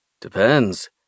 Depends